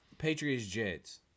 Patriots-Jets